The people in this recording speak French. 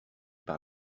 par